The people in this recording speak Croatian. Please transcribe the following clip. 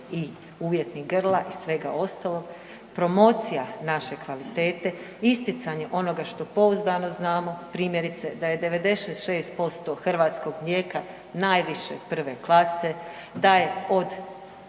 i uvjetnih grla i svega ostalog, promocija naše kvalitete, isticanje onoga što pouzdano znamo, primjerice da je 96% hrvatskog mlijeka najviše prve klase, da je od